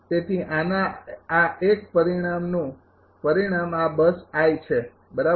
તેથી આના આ એક પરિણામનું પરિણામ આ બસ છે બરાબર